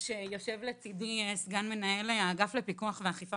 יושב לצידי סגן מנהל האגף לפיקוח ואכיפה